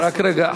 רק רגע,